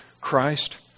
Christ